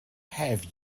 have